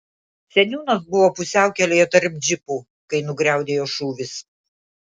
seniūnas buvo pusiaukelėje tarp džipų kai nugriaudėjo šūvis